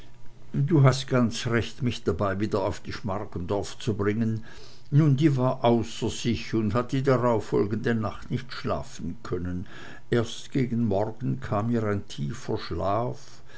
du hast ganz recht mich dabei wieder auf die schmargendorf zu bringen nun die war außer sich und hat die darauffolgende nacht nicht schlafen können erst gegen morgen kam ihr ein tiefer schlaf